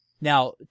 Now